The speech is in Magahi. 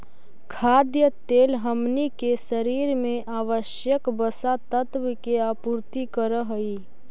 खाद्य तेल हमनी के शरीर में आवश्यक वसा तत्व के आपूर्ति करऽ हइ